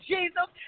Jesus